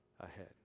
ahead